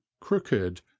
crooked